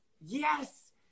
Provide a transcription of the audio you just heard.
Yes